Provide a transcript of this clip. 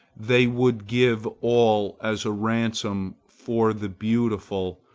they would give all as a ransom for the beautiful,